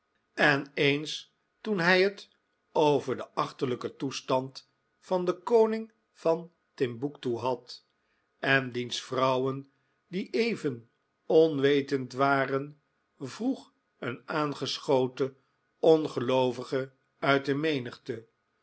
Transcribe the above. en eens toen hij het over den achterlijken toestand van den koning van timbuctoo had en diens vrouwen die even onwetend waren vroeg een aangeschoten ongeloovige uit de menigte